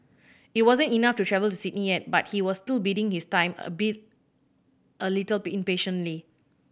it wasn't enough to travel to Sydney yet but he was still biding his time albeit a little impatiently